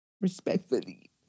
Respectfully